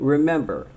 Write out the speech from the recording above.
Remember